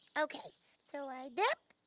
okay so i dip,